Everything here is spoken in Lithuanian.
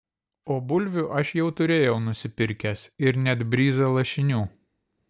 o bulvių aš jau turėjau nusipirkęs ir net bryzą lašinių